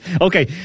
Okay